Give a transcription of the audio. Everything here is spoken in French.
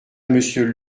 monsieur